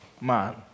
man